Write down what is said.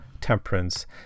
temperance